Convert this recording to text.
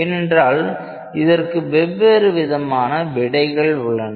ஏனென்றால் இதற்கு வெவ்வேறு விதமான விடைகள் உள்ளன